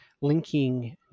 Linking